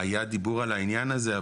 היה דיבור על העניין הזה,